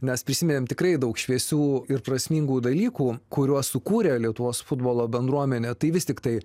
nes prisiminėm tikrai daug šviesių ir prasmingų dalykų kuriuos sukūrė lietuvos futbolo bendruomenė tai vis tiktai